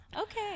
Okay